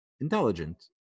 intelligent